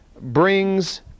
brings